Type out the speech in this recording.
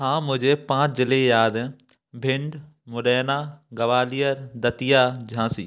हाँ मुझे पाँच ज़िलें याद हैं भिंड मुरैना ग्वालियर दतिया झाँसी